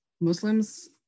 Muslims